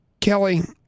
Kelly